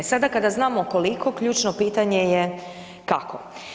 Sada kada znamo koliko, ključno pitanje je kako.